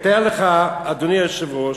תתאר לך, אדוני היושב-ראש,